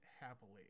happily